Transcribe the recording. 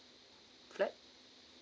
flat